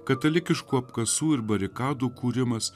katalikiškų apkasų ir barikadų kūrimas